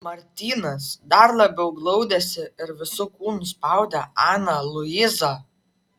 martynas dar labiau glaudėsi ir visu kūnu spaudė aną luizą